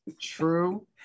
True